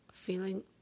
feeling